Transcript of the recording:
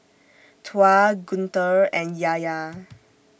Tuah Guntur and Yahya